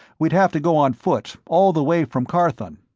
we'd have to go on foot, all the way from carthon.